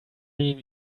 mean